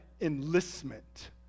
enlistment